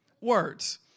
words